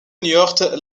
niort